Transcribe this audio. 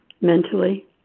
mentally